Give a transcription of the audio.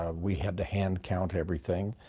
ah we had to hand count everything.